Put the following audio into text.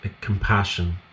compassion